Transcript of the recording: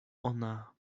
ona